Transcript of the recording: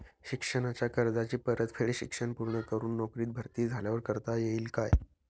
शिक्षणाच्या कर्जाची परतफेड शिक्षण पूर्ण करून नोकरीत भरती झाल्यावर करता येईल काय?